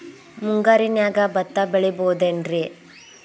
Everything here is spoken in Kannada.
ಮುಂಗಾರಿನ್ಯಾಗ ಭತ್ತ ಬೆಳಿಬೊದೇನ್ರೇ?